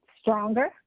stronger